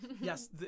yes